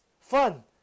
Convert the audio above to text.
fun